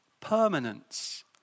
permanence